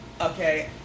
okay